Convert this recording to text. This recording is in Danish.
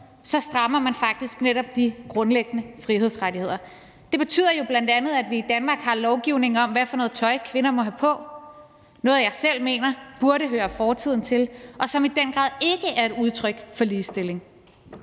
så strammer man faktisk netop de grundlæggende frihedsrettigheder. Det betyder jo bl.a., at vi i Danmark har lovgivning om, hvad for noget tøj kvinder må have på – noget, jeg selv mener burde høre fortiden til, og som i den grad ikke er et udtryk for ligestilling.